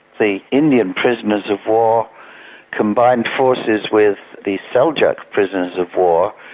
the indian prisoners-of-war combined forces with the seljuk prisoners-of-war,